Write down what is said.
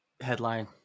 headline